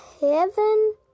heaven